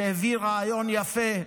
שהביא רעיון יפה,